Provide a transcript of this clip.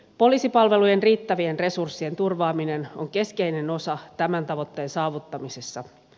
poliisipalvelujen riittävien resurssien turvaaminen on keskeinen osa tämän tavoitteen saavuttamisessa